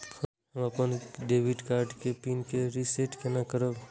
हम अपन debit card के पिन के रीसेट केना करब?